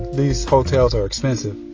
these hotels are expensive,